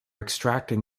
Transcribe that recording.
extracting